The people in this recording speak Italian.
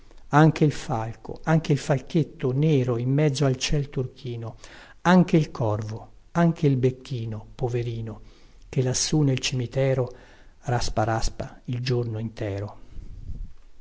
anche il falco anche il falchetto nero in mezzo al ciel turchino anche il corvo anche il becchino poverino che lassù nel cimitero raspa raspa il giorno intiero